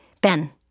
Ben